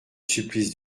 supplice